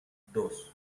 dos